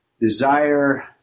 Desire